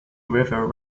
river